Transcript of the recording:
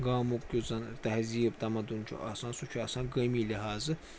گامُک یُس زَنہٕ تہذیٖب تَمدُن چھُ آسان سُہ چھُ آسان گٲمی لٮ۪حاظہٕ